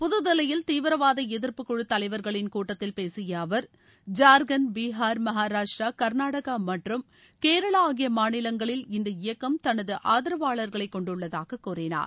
புது தில்லியில் தீவிரவாத எதிர்ப்பு குழு தலைவர்களின் கூட்டத்தில் பேசிய அவர் ஜார்க்கண்ட் பீகார் மகாராஷ்டிரா கர்நாடாக மற்றும் கேரளா ஆகிய மாநிலங்களில் இந்த இயக்கம் தனது ஆதரவாளா்களை கொண்டுள்ளதாக கூறினார்